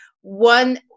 one